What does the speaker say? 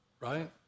right